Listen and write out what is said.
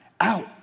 out